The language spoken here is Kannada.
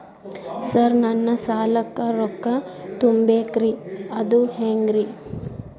ಸರ್ ನನ್ನ ಸಾಲಕ್ಕ ರೊಕ್ಕ ತುಂಬೇಕ್ರಿ ಅದು ಹೆಂಗ್ರಿ?